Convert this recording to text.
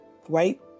White